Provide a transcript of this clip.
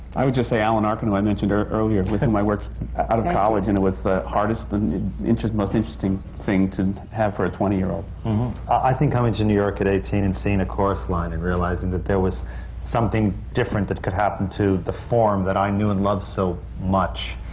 i would just say alan arkin, who i mentioned earlier, with whom i worked out of college. and it was the hardest and most interesting thing to have for a twenty-year-old. i think coming to new york at eighteen, and seeing a chorus line and realizing that there was something different that could happen to the form that i knew and loved so much.